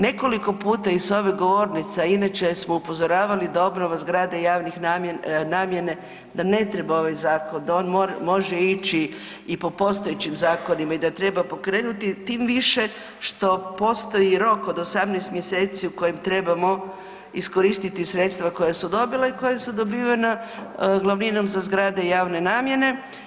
Nekoliko puta i s ove govornice, a inače smo upozoravali da obnova zgrade javne namjene da ne treba ovaj zakon, da on može ići i po postojećim zakonima i da treba pokrenuti tim više što postoji rok od 18 mjeseci u kojem trebamo iskoristiti sredstava koja su dobila i koja su dobivena glavninom za zgrade javne namjene.